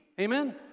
Amen